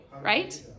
right